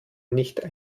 nicht